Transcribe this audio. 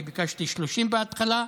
אני ביקשתי 30 בהתחלה,